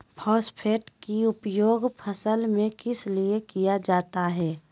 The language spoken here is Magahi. फॉस्फेट की उपयोग फसल में किस लिए किया जाता है?